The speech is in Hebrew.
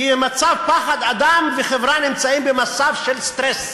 כי במצב פחד אדם וחברה נמצאים במצב של סטרס.